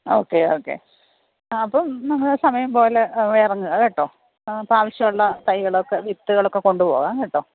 okay okay അപ്പോൾ നിങ്ങൾ സമയം പോലെ ഇറങ്ങ് കേട്ടോ ആ ആവശ്യമുള്ള തൈകളൊക്കെ വിത്തുകളൊക്കെ കൊണ്ടുപോവാം കേട്ടോ